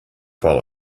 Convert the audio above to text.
fall